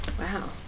Wow